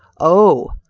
oh!